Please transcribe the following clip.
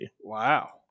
Wow